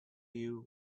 you